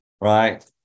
Right